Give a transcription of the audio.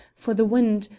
for the wind,